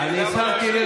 השר צריך להשיב,